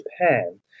Japan